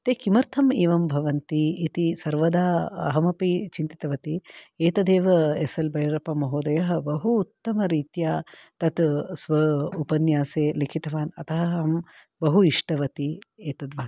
ते किमर्थम् एवं भवन्ति इति सर्वदा अहमपि चिन्तितवती एतदेव एस् एल् भैरप्पमहोदयः बहु उत्तमरीत्या तत् स्व उपन्यासे लिखितवान् अतः अहं बहु इष्टवती एतत् वाक्यं